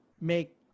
make